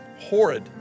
horrid